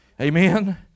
Amen